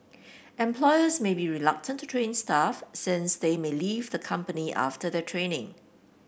employers may be reluctant to train staff since they may leave the company after their training